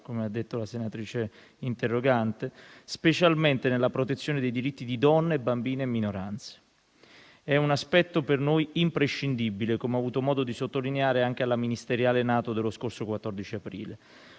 come ha detto la senatrice interrogante - specialmente nella protezione dei diritti di donne, bambini e minoranze. È un aspetto per noi imprescindibile, come ho avuto modo di sottolineare anche alla ministeriale NATO dello scorso 14 aprile.